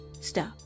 Stop